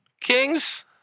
kings